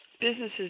businesses